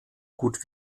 gut